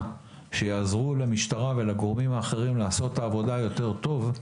שיעזרו למשטרה ולגורמים האחרים לעשות את העבודה יותר טוב,